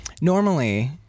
normally